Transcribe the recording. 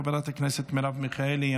חברת הכנסת מרב מיכאלי,